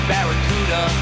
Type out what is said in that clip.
Barracuda